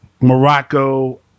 Morocco